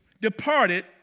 departed